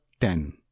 ten